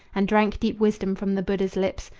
and drank deep wisdom from the buddha's lips,